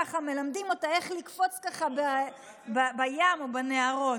ככה מלמדים אותם לקפוץ בים או בנהרות.